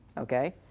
ok.